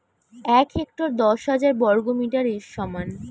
এক হেক্টর দশ হাজার বর্গমিটারের সমান